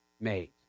made